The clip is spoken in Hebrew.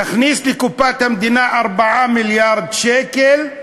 יכניס לקופת המדינה 4 מיליארד שקל,